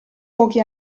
pochi